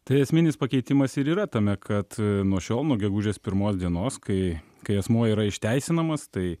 tai esminis pakeitimas ir yra tame kad nuo šiol nuo gegužės pirmos dienos kai kai asmuo yra išteisinamas tai